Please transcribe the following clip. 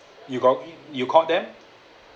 you got you call them